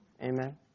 Amen